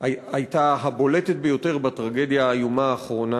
הייתה הבולטת ביותר בטרגדיה האיומה האחרונה,